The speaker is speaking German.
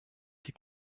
die